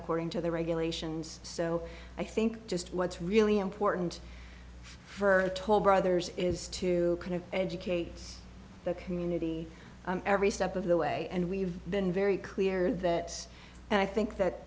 according to the regulations so i think just what's really important for toll brothers is to kind of educate the community every step of the way and we've been very clear that and i think that